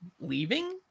leaving